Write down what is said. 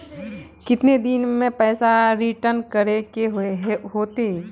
कितने दिन में पैसा रिटर्न करे के होते?